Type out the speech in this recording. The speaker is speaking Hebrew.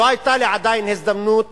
לא היתה לי עדיין הזדמנות